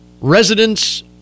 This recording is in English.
Residents